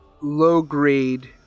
low-grade